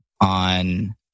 on